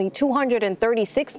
236